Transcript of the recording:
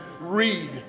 read